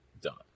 done